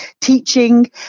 teaching